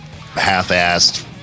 half-assed